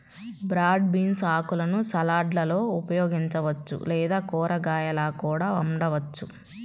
broad beans ఆకులను సలాడ్లలో ఉపయోగించవచ్చు లేదా కూరగాయలా కూడా వండవచ్చు